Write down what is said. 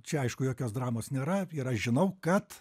čia aišku jokios dramos nėra ir aš žinau kad